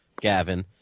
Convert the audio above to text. Gavin